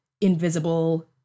invisible